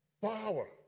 power